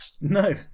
No